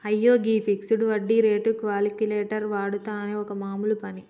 అయ్యో గీ ఫిక్సడ్ వడ్డీ రేటు క్యాలిక్యులేటర్ వాడుట అనేది ఒక మామూలు పని